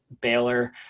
Baylor